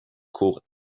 court